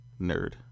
Nerd